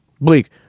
Bleak